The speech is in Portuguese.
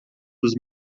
dos